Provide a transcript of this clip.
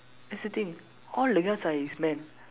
that's the thing all the guards are his men